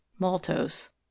maltose